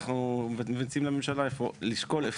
אנחנו מציעים לממשלה איפה לשקול את העניין.